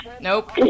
nope